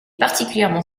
particulièrement